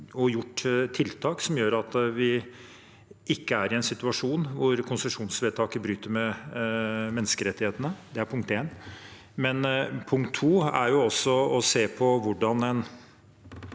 får gjort tiltak som gjør at vi ikke er i en situasjon hvor konsesjonsvedtak bryter med menneske rettighetene. Det er punkt 1. Punkt 2 er å se på hvordan en